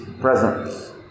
presence